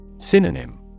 Synonym